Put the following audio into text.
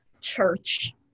church